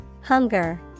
Hunger